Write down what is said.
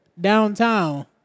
downtown